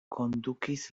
kondukis